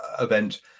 event